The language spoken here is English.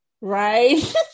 Right